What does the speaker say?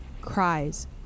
cries